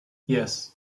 yes